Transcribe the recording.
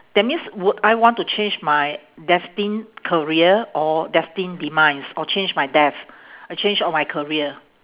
that means would I want to change my destined career or destined demise or change my death uh change or my career